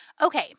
Okay